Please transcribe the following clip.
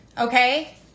okay